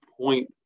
point